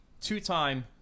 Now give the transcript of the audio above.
two-time